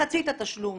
מחצית התשלום